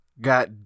got